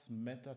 matter